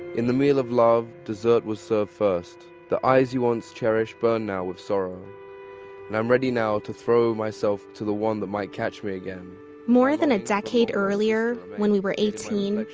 in the meal of love, dessert was served first the eyes you once cherished burn now with sorrow and i'm ready now to throw myself to the one who might catch me again more than a decade earlier, when we were eighteen,